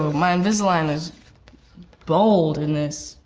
my invisalign is bold in this.